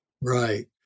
Right